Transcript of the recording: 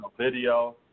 video